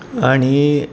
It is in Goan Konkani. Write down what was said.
आनी